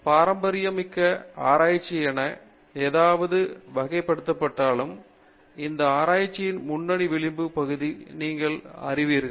எனவே பாரம்பரிய ஆராய்ச்சி என ஏதாவது வகைப்படுத்தப்படலாம் என்றாலும் அந்த ஆராய்ச்சியின் முன்னணி விளிம்பு பகுதியை நீங்கள் அறிவீர்கள்